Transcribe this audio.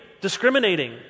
discriminating